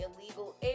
illegal